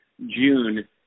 June